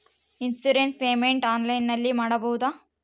Insurance payment ಆನ್ಲೈನಿನಲ್ಲಿ ಮಾಡಬಹುದಾ?